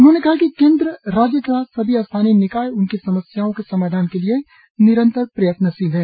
उन्होंने कहा कि केन्द्र राज्य तथा सभी स्थानीय निकाय उनकी समस्याओं के समाधान के लिए निरंतर प्रयत्नशील हैं